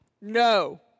No